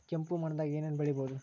ಕೆಂಪು ಮಣ್ಣದಾಗ ಏನ್ ಏನ್ ಬೆಳಿಬೊದು?